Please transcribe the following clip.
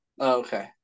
Okay